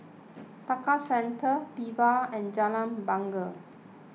Tekka Centre Viva and Jalan Bungar